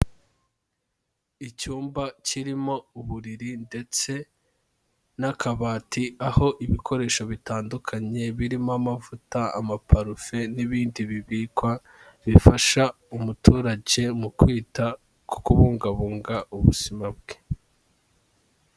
Icyumba kirimo uburiri ndetse n'akabati, aho ibikoresho bitandukanye birimo amavuta, amaparufe n'ibindi bibikwa bifasha umuturage mu kwita ku kubungabunga ubuzima bwe.